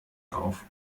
auf